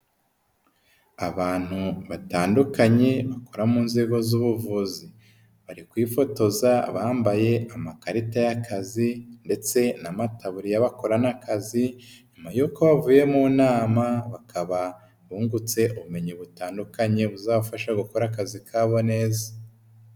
Abantu batandukanye bakora mu nzego z'ubuvuzi, bari kwifotoza bambaye amakarita y'akazi ndetse n'amataburiya bakora n'akazi, nyuma yuko bavuye mu nama bakaba bungutse ubumenyi butandukanye buzabafasha gukora akazi kabo neza.